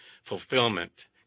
Fulfillment